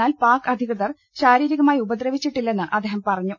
എന്നാൽ പാക് അധികൃതർ ശാരീരികമായി ഉപദ്രവിച്ചിട്ടി ല്ലെന്ന് അദ്ദേഹം പറഞ്ഞു